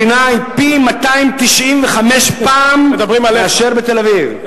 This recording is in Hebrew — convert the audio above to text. הקרינה היא פי-295 מאשר בתל-אביב.